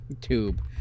tube